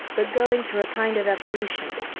but going through a kind of evolution,